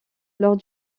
lors